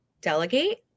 delegate